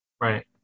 Right